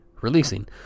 Releasing